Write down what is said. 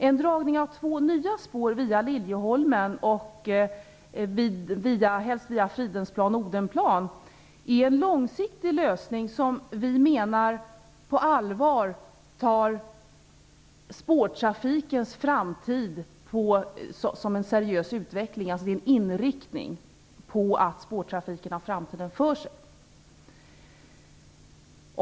En dragning av två nya spår via Liljeholmen och helst via Fridhemsplan och Odenplan är en långsiktig lösning som vi menar tar spårtrafikens framtid på allvar. Det är alltså en inriktning som anger att spårtrafiken har framtiden för sig.